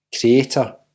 Creator